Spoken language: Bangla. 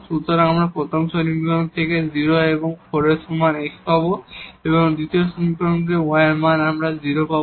সুতরাং আমরা প্রথম সমীকরণ থেকে 0 এবং 4 এর সমান x পাব দ্বিতীয় সমীকরণ থেকে আমরা y এর মান 0 পাব